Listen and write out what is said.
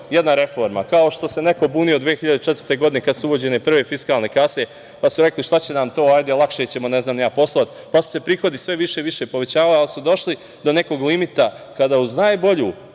jedna reforma, kao što se neko bunio 2004. godine kada su uvođene prve fiskalne kase, pa su rekli šta će nam to, lakše ćemo poslati, pa su se prihodi sve više i više povećavali, ali su došli do nekog limita kada uz najbolju